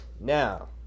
now